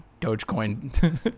Dogecoin